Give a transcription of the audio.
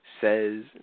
says